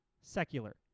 secular